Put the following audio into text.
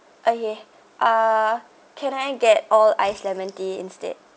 okay uh can I get all ice lemon tea instead